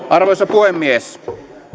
arvoisa puhemies